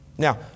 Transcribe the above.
Now